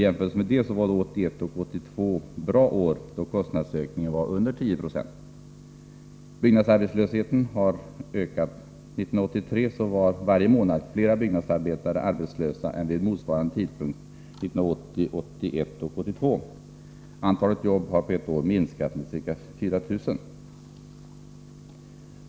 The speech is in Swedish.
I jämförelse med detta var 1981 och 1982 bra år, eftersom kostnadsökningen var under 10 90. Byggnadsarbetslösheten har ökat. 1983 var varje månad fler byggnadsarbetare arbetslösa än vid motsvarande tidpunkt 1980-1982. Antalet jobb har på ett år minskat med ca 4 000.